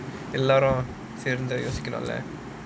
எல்லாரும் சேர்ந்து யோசிக்கனும்ல:ellaarum sernthu yosikkanumla